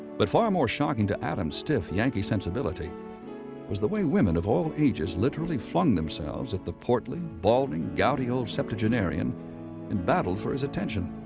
but far more shocking to adams' stiff yankee sensibility was the way women of all ages literally flung themselves at the portly, balding, gouty old septuagenarian and battled for his attention.